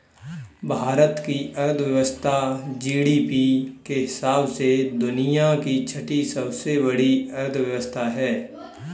भारत की अर्थव्यवस्था जी.डी.पी के हिसाब से दुनिया की छठी सबसे बड़ी अर्थव्यवस्था है